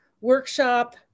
workshop